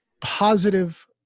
positive